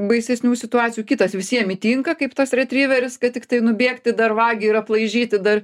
baisesnių situacijų kitas visiem įtinka kaip tas retriveris kad tiktai nubėgti dar vagį ir aplaižyti dar